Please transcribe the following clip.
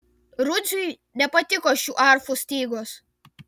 rudziui nepatiko šių arfų stygos